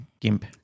gimp